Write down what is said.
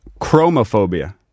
chromophobia